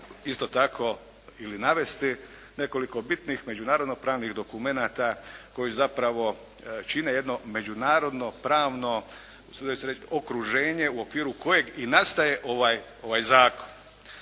isto tako ili navesti nekoliko bitnih međunarodno pravnih dokumenata koji zapravo čine jedno međunarodno pravno okruženje u okviru kojeg i nastaje ovaj zakon.